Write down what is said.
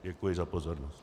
Děkuji za pozornost.